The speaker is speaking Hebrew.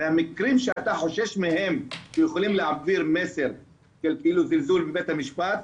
והמקרים שאתה חושש מהם שיכולים להעביר מסר של זלזול בבית המשפט,